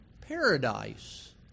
paradise